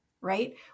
right